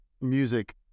music